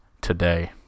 today